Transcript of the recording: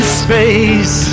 space